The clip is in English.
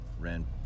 ran